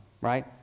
right